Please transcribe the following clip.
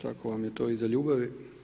Tako vam je to iza ljubavi.